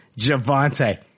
Javante